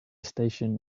station